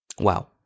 Wow